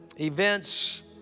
events